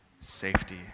safety